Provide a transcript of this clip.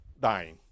dying